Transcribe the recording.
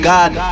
God